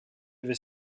ever